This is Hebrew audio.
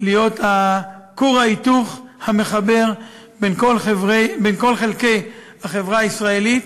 להיות כור ההיתוך והמחבר בין כל חלקי החברה הישראלית.